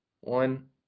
one